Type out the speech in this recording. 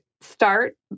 start